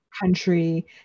country